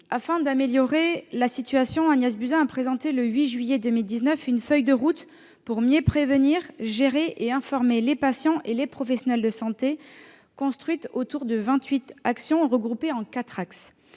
Afin d'améliorer la situation, Agnès Buzyn a présenté le 8 juillet 2019 une feuille de route pour mieux prévenir, gérer et informer les patients et les professionnels de santé. Celle-ci est construite autour de vingt-huit actions et regroupée en quatre axes